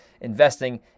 investing